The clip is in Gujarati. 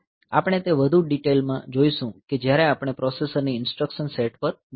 આપણે તે વધુ ડિટેલ માં જોઈશું કે જ્યારે આપણે પ્રોસેસરની ઇન્સટ્રકશન સેટ પર જઈ શકીએ